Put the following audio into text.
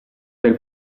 del